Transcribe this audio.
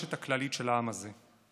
במורשת הכללית של העם הזה.